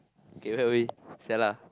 okay where are we [sial] lah